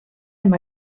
amb